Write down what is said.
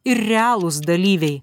ir realūs dalyviai